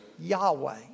Yahweh